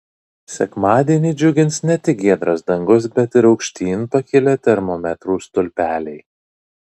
sekmadienį džiugins ne tik giedras dangus bet ir aukštyn pakilę termometrų stulpeliai